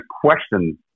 question